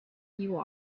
you